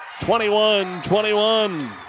21-21